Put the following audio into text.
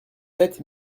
sept